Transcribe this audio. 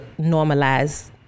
normalize